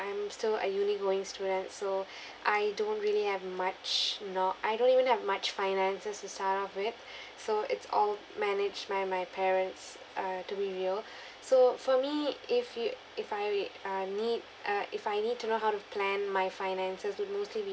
I'm still a uni going student so I don't really have much know~ I don't even have much finances to start off with so it's all managed by my parents uh to reveal so for me if you if I wait uh need uh if I need to know how to plan my finances would mostly be